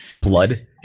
Blood